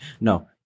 no